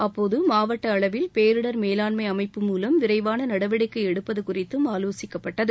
அப்போது மாவட்ட அளவில் பேரிடர் மேலாண்மை அமைப்பு மூலம் விரைவான நடவடிக்கை எடுப்பது குறித்தும் ஆலோசிக்கப்பட்டது